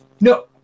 No